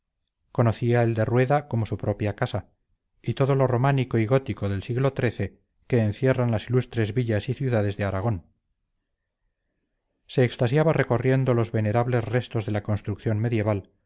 conocía el de rueda como su propia casa y todo lo románico y gótico del siglo xiii que encierran las ilustres villas y ciudades de aragón se extasiaba recorriendo los venerables restos de la construcción medieval